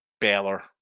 Baylor